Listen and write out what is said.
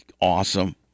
awesome